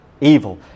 evil